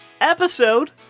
episode